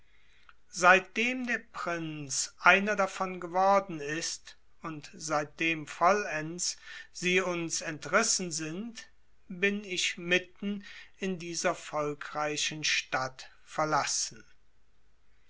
seitdem der prinz einer davon geworden ist und seitdem vollends sie uns entrissen sind bin ich mitten in dieser volkreichen stadt verlassen